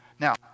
Now